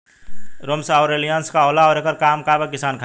रोम्वे आउर एलियान्ज का होला आउरएकर का काम बा किसान खातिर?